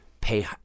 pay